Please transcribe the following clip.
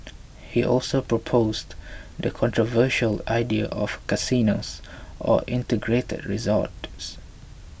he also proposed the controversial idea of casinos or integrated resorts